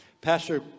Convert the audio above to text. Pastor